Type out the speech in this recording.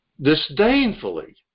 Disdainfully